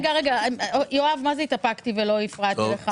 יואב, התאפקתי ולא הפרעתי לך.